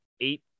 eight